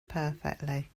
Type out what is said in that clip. perfectly